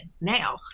now